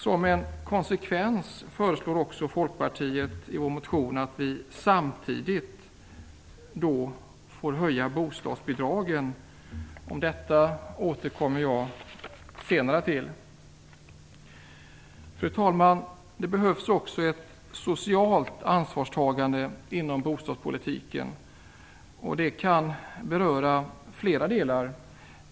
Som en konsekvens att detta föreslår Folkpartiet i sin motion samtidigt en höjning av bostadsbidragen. Detta återkommer jag till senare. Fru talman! Det behövs också ett socialt ansvarstagande inom bostadspolitiken. Det kan beröra flera delar.